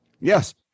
Yes